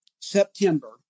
September